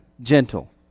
gentle